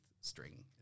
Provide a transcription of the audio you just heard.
string